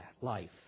life